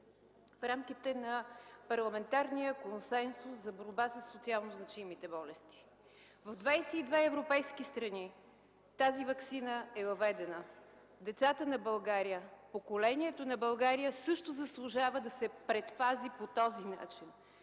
в рамките на парламентарния консенсус за борба със социално значимите болести. В 22 европейски страни тази ваксина е въведена. Децата на България, поколението на България също заслужава да се предпази по този начин.